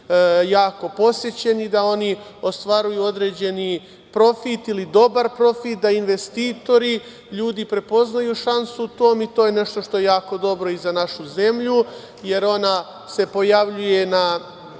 jako posećeni, da oni ostvaruju određeni profit ili dobar profit, da investitori, ljudi prepoznaju šansu u tome. To je nešto što je jako dobro i za našu zemlju, jer ona se pojavljuje na